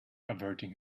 averting